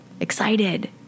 excited